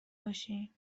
باشیم